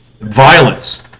violence